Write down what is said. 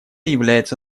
является